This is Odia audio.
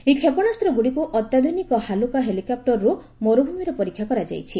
ଏହି କ୍ଷେପଣାସ୍ତ୍ରଗୁଡ଼ିକୁ ଅତ୍ୟାଧୁନିକ ହାଲୁକା ହୋଲିକପୂରରୁ ମରୁଭୂମିରେ ପରୀକ୍ଷା କରାଯାଇଛି